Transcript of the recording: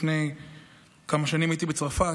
לפני כמה שנים הייתי בצרפת.